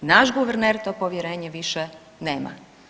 Naš guverner to povjerenje više nema.